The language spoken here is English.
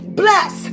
bless